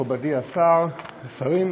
מכובדי השר, השרים,